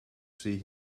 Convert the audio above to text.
see